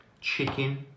chicken